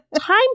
time